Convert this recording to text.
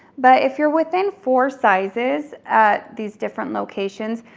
but if you're within four sizes at these different locations,